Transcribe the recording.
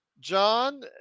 John